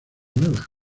nada